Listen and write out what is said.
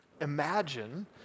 Imagine